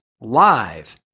live